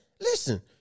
Listen